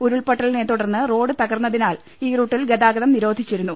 ഉരുൾപ്പൊട്ടലിനെ തുടർന്ന് റോഡ് തകർന്നതിനാൽ ഈ റൂട്ടിൽ ഗതാഗതം നിരോധിച്ചിരുന്നു